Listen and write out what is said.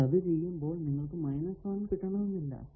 എന്നാൽ അത് ചെയ്യുമ്പോൾ നിങ്ങൾക്കു 1 കിട്ടണമെന്നില്ല